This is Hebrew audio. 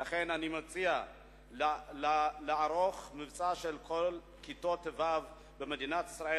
ולכן אני מציע לערוך מבצע של כל כיתות ו' במדינת ישראל,